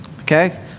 okay